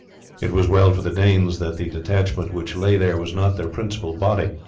it was well for the danes that the detachment which lay there was not their principal body,